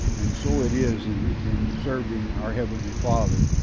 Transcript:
and so it is in in serving our heavenly father,